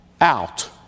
out